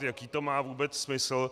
Jaký to má vůbec smysl?